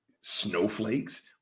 snowflakes